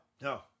no